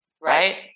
Right